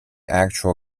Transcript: actual